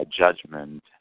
judgment